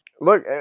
Look